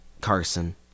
Carson